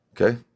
Okay